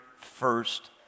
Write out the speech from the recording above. first